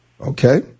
Okay